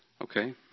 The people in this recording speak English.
Okay